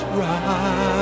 right